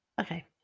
okay